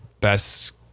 best